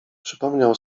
przypomniał